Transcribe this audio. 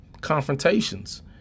confrontations